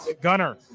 Gunner